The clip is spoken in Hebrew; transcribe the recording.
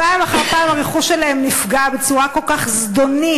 פעם אחר פעם הרכוש שלהם נפגע בצורה כל כך זדונית,